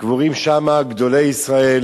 קבורים שם גדולי ישראל.